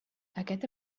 aquest